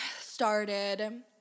started